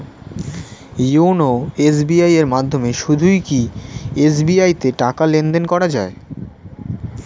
YONO SBI এর মাধ্যমে শুধুই কি এস.বি.আই তে টাকা লেনদেন করা যায়?